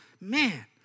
man